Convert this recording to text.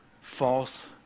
false